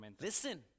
Listen